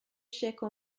chèque